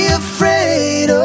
afraid